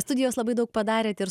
studijos labai daug padarėt ir